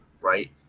right